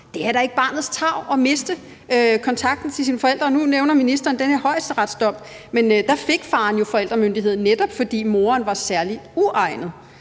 tarv, når barnet mister kontakten til sine forældre. Nu nævner ministeren den her højesteretsdom, men der fik faren jo forældremyndigheden, netop fordi moren var særlig uegnet.